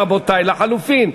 רבותי, לחלופין.